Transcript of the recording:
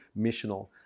missional